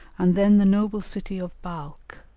and then the noble city of balkh,